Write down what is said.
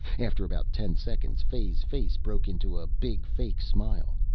after about ten seconds fay's face broke into a big fake smile.